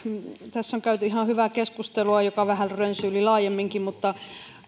tässä on käyty ihan hyvää keskustelua joka vähän rönsyili laajemminkin mutta